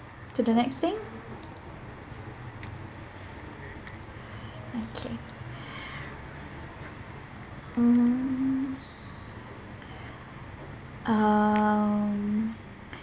to the next thing okay mm um